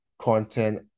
content